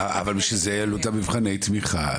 אבל לכן העלו את מבחני התמיכה.